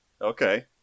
Okay